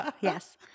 Yes